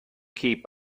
keep